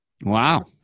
Wow